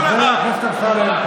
הכנסת אמסלם,